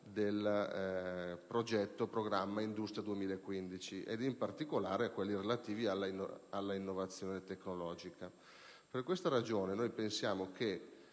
del programma Industria 2015, in particolare quelli relativi alla innovazione tecnologica. Per tale ragione, pensiamo che